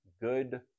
good